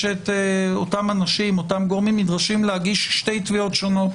אותם אנשים נדרשים להגיש שתי תביעות שונות: